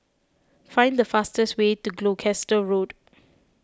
find the fastest way to Gloucester Road